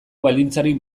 baldintzarik